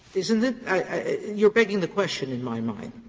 isn't it? i you're begging the question in my mind,